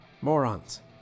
Morons